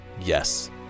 Yes